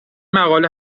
مقاله